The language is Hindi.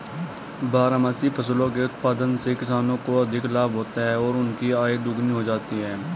बारहमासी फसलों के उत्पादन से किसानों को अधिक लाभ होता है और उनकी आय दोगुनी हो जाती है